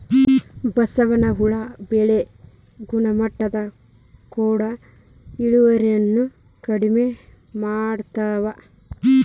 ಬಸವನ ಹುಳಾ ಬೆಳಿ ಗುಣಮಟ್ಟದ ಕೂಡ ಇಳುವರಿನು ಕಡಮಿ ಮಾಡತಾವ